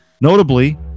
Notably